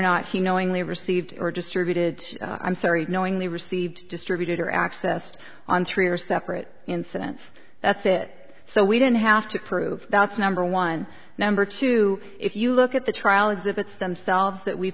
not he knowingly received or distributed i'm sorry knowingly received distributed or accessed on three or separate incidents that's it so we don't have to prove that's number one number two if you look at the trial exhibits themselves that we